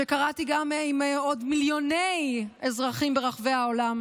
שקראתי עם עוד מיליוני אזרחים ברחבי העולם